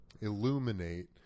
illuminate